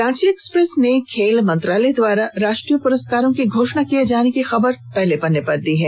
Ranchi Express ने खेल मंत्रालय द्वारा राष्ट्रीय पुरस्कारों की घोषणा किए जाने की खबर को पहले पन्ने पर प्रकाशित किया है